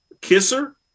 Kisser